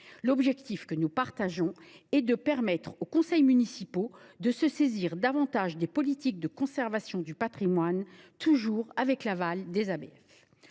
obligatoires. Nous partageons l’objectif de permettre aux conseils municipaux de se saisir davantage des politiques de conservation du patrimoine, avec l’aval des ABF.